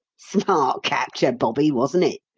smart capture, bobby, wasn't it?